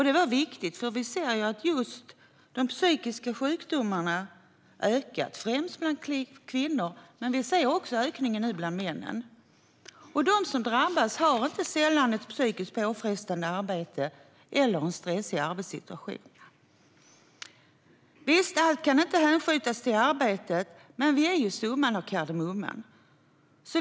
Det var viktigt, för vi ser att just de psykiska sjukdomarna ökat, främst bland kvinnor men nu även bland männen. De som drabbas har inte sällan ett psykiskt påfrestande arbete eller en stressig arbetssituation. Visst, allt kan inte hänföras till arbetet, men det viktiga är ju summan av kardemumman.